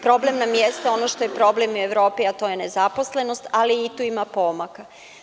Problem nam jeste ono što je problem i u Evropi, a to je nezaposlenost, ali i tu ima pomaka.